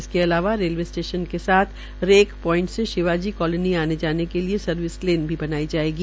इसके अलावा railway station के साथ रेक प्वाईंट से शिवाजी कालोनी आने जाने के लिए सर्विस लेन भी बनाई जायेगी